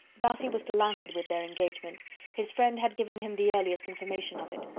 darcy was delighted with their engagement his friend had given him the earliest information of it.